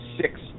six